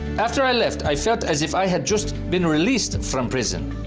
after i left i felt as if i had just been released from prison.